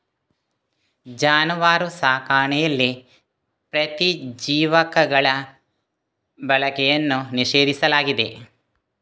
ಜಾನುವಾರು ಸಾಕಣೆಯಲ್ಲಿ ಪ್ರತಿಜೀವಕಗಳ ಬಳಕೆಯನ್ನು ನಿಷೇಧಿಸಲಾಗಿದೆ